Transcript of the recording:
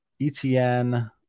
Etn